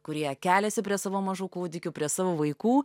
kurie keliasi prie savo mažų kūdikių prie savo vaikų